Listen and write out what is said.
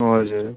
हजुर